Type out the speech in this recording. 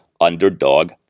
Underdog